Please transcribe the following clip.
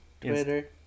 Twitter